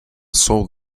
solved